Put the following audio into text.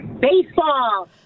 Baseball